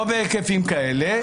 לא בהיקפים כאלה.